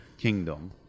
kingdom